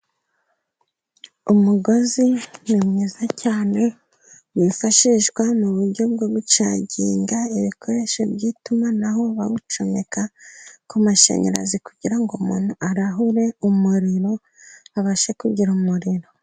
Umugozi ni mwiza cyane, wifashishwa mu buryo bwo gucagiga ibikoresho by'itumanaho, bawucomeka ku mashanyarazi kugira ngo umuntu arahure umuriro, abashe kugira umuriro.